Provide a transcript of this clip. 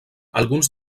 alguns